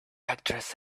actress